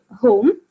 home